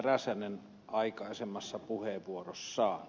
räsänen aikaisemmassa puheenvuorossaan